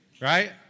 Right